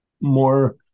more